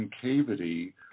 concavity